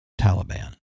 Taliban